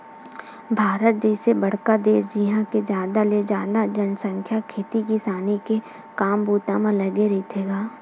भारत जइसे बड़का देस जिहाँ के जादा ले जादा जनसंख्या खेती किसानी के काम बूता म लगे रहिथे गा